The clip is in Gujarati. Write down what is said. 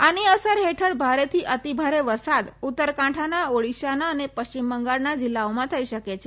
આની અસર હેઠળ ભારેથી અતિભારે વરસાદ ઉત્તર કાંઠાના ઓડિશાના અને પશ્ચિમ બંગાળના જીલ્લાઓમાં થઇ શકે છે